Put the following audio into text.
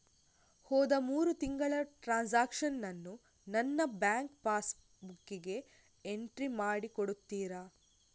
ಹೋದ ಮೂರು ತಿಂಗಳ ಟ್ರಾನ್ಸಾಕ್ಷನನ್ನು ನನ್ನ ಬ್ಯಾಂಕ್ ಪಾಸ್ ಬುಕ್ಕಿಗೆ ಎಂಟ್ರಿ ಮಾಡಿ ಕೊಡುತ್ತೀರಾ?